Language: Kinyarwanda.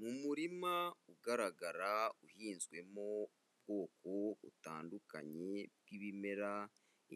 Mu murima ugaragara uhinzwemo ubwoko butandukanye bw'ibimera,